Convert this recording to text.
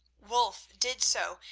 wulf did so,